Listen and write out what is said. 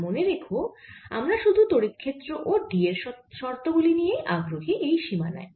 আর মনে রেখো আমরা শুধু তড়িৎ ক্ষেত্র ও D এর শর্ত গুলি নিয়েই আগ্রহী এই সীমানায়